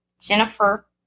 Jennifer